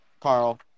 Carl